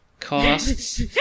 costs